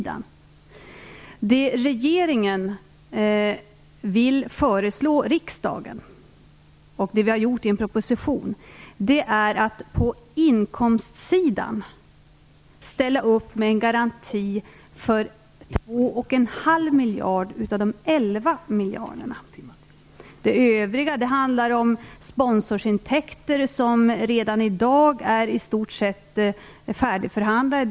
Det som regeringen vill föreslå riksdagen genom en proposition är att man på inkomstsidan vill ställa upp med en garanti på 2,5 miljarder av de 11 miljarderna. De övriga miljarderna handlar sponsorsintäkter som i stort sett redan i dag är färdigförhandlade.